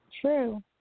true